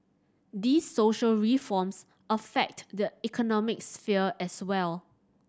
these social reforms affect the economic sphere as well